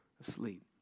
asleep